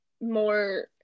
more